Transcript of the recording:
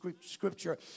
scripture